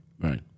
Right